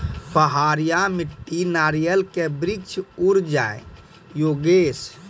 पहाड़िया मिट्टी नारियल के वृक्ष उड़ जाय योगेश?